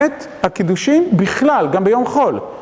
את הקידושין בכלל, גם ביום חול.